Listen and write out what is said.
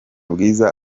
bwiza